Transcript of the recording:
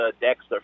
dexter